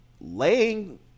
laying